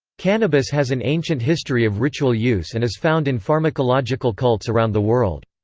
cannabis has an ancient history of ritual use and is found in pharmacological cults around the world.